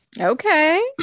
Okay